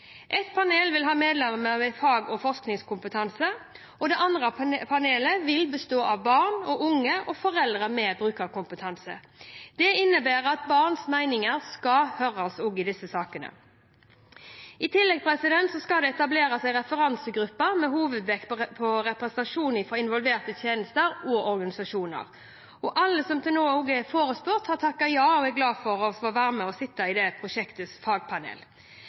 med fag- og forskningskompetanse. Det andre panelet vil bestå av barn, unge og foreldre med brukerkompetanse. Dette innebærer at barns meninger skal høres også i disse sakene. I tillegg skal det etableres en referansegruppe med hovedvekt på representasjon fra involverte tjenester og organisasjoner. Alle som til nå er forespurt, har takket ja og er glad for å få være med og sitte i prosjektets fagpanel.